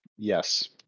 Yes